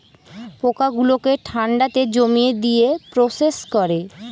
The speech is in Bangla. পোকা গুলোকে ঠান্ডাতে জমিয়ে দিয়ে প্রসেস করে